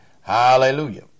Hallelujah